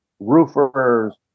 Roofers